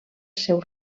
seu